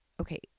okay